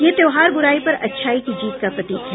यह त्योहार बुराई पर अच्छाई की जीत का प्रतीक है